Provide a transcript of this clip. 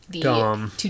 Dom